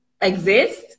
exist